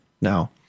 now